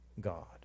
God